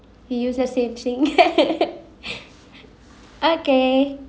he use the same thing okay